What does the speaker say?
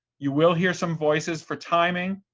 you will hear some voices for timing.